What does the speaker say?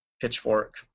Pitchfork